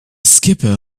skipper